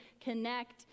connect